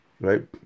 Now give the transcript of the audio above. right